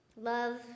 Love